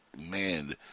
man